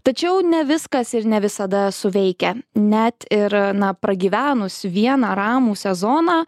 tačiau ne viskas ir ne visada suveikia net ir na pragyvenus vieną ramų sezoną